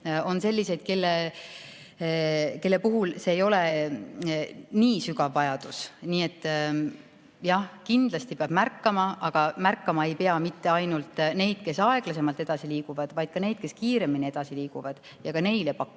on selliseid, kelle puhul see vajadus ei ole nii sügav. Jah, kindlasti peab märkama, aga märkama ei pea mitte ainult neid, kes aeglasemalt edasi liiguvad, vaid ka neid, kes kiiremini edasi liiguvad, ja ka neile peab